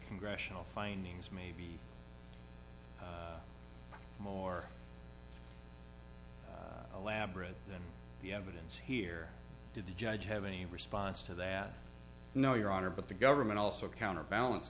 congressional findings may be more elaborate than the evidence here did the judge have any response to that no your honor but the government also counterbalance